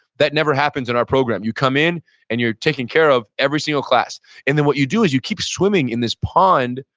that never happens in our program. you come in and you're taking care of every single class and then what you do is you keep swimming in this pond,